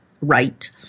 right